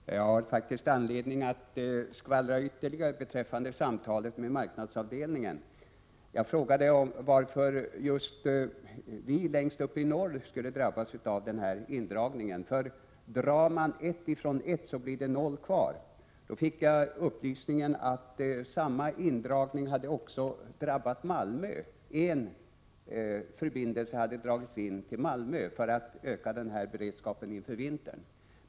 Herr talman! Jag har faktiskt anledning att ytterligare skvallra om mitt samtal med marknadsavdelningen. Jag frågade varför just vi längst uppe i norr skulle drabbas av den här indragningen. Drar man ett ifrån ett så blir det ju noll kvar. Jag fick då upplysningen att samma indragning också hade drabbat Malmö. En förbindelse till Malmö hade dragits in för att man skulle öka beredskapen inför vintern.